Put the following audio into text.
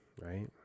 right